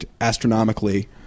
astronomically